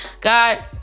God